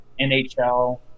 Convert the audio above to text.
NHL